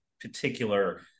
particular